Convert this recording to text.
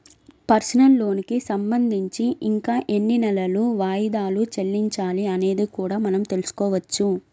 personal లోనుకి సంబంధించి ఇంకా ఎన్ని నెలలు వాయిదాలు చెల్లించాలి అనేది కూడా మనం తెల్సుకోవచ్చు